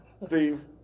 Steve